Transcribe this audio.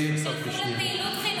יומיים הרחקה לא ישנו את המציאות.